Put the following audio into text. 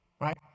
right